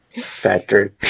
factory